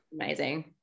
amazing